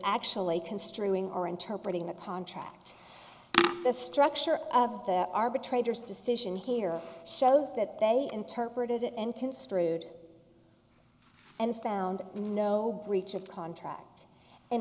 actually construing or interpret in the contract the structure of the arbitrator's decision here shows that they interpreted it and construed and found no breach of contract and